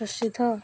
ପ୍ରସିଦ୍ଧ